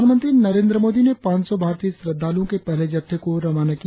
प्रधानमंत्री नरेंद्र मोदी ने पांच सौ भारतीय श्रद्धालुओ के पहले जत्थे को रवाना किया